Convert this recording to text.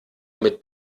mit